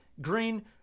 green